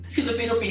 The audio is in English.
Filipino